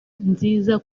nziza